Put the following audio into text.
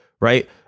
Right